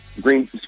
Green